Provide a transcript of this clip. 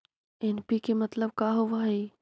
NPK मतलब का होव हइ?